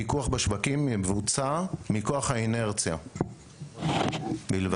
הפיקוח בשווקים מבוצע מכוח האינרציה בלבד.